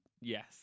yes